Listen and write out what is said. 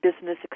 business